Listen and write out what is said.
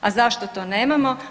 A zašto to nemamo?